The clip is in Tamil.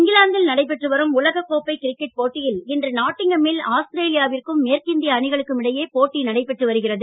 இங்கிலாந்தில் நடைபெற்று வரும் உலக கோப்பை கிரிக்கெட் போட்டியில் இன்று நாட்டிங்கம்மில் ஆஸ்திரேலியாவிற்கும் மேற்கிந்திய அணிகளுக்கும் இடையே போட்டி நடைபெற்று வருகிறது